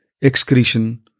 excretion